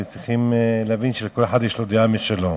וצריך להבין שלכל אחד יש דעה משלו.